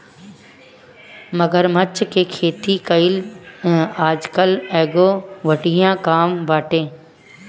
मगरमच्छ के खेती कईल आजकल एगो बढ़िया काम बाटे